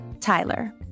Tyler